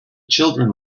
children